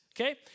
Okay